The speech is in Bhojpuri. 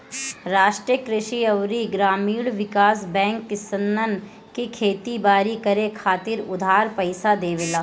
राष्ट्रीय कृषि अउरी ग्रामीण विकास बैंक किसानन के खेती बारी करे खातिर उधार पईसा देवेला